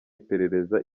iperereza